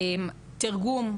תרגום,